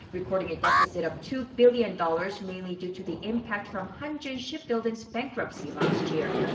recording a deficit of two billion dollars, mainly due to the impact from hanjin shipbuilding's bankruptcy last year.